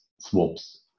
swaps